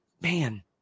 man –